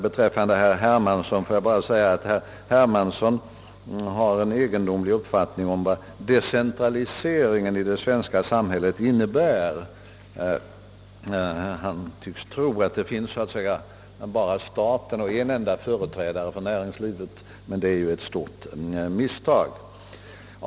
Beträffande herr Hermansson vill jag säga att han har en egendomlig uppfattning om vad decentraliseringen i det svenska samhället innebär. Han tycks tro att det finns endast staten och en enda företrädare för näringslivet. Men det är ju ett stort misstag.